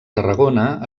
tarragona